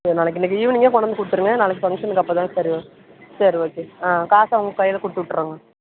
so நாளைக்கு இன்னக்கு ஈவினிங்கே கொண்டாந்து கொடுத்துருங்க நாளைக்கு ஃபங்க்ஷனுக்கு அப்போ தான் சரி வரும் சரி ஓகே ஆ காசை அவங்க கையில் கொடுத்து விட்றேங்க